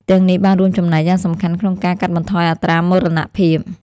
ទាំងនេះបានរួមចំណែកយ៉ាងសំខាន់ក្នុងការកាត់បន្ថយអត្រាមរណភាព។